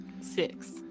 six